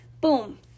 boom